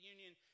Union